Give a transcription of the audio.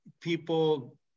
people